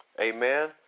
Amen